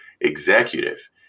executive